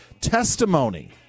testimony